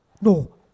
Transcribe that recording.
No